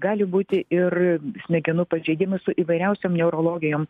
gali būti ir smegenų pažeidimai su įvairiausiom neurologijom